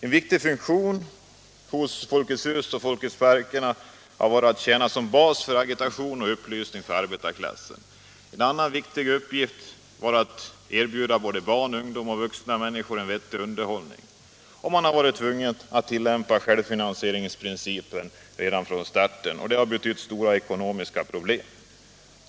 En viktig funktion hos Folkets hus och folkparkerna var att tjäna som bas för agitation och upplysning för arbetarklassen. En annan viktig uppgift var att erbjuda både barn, ungdom och vuxna människor en vettig underhållning. Av nödtvång tillämpades självfinansieringsprincipen från starten och det har betytt stora ekonomiska problem.